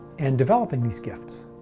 and developing these gifts.